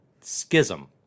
schism